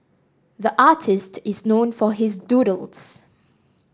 the artist is known for his doodles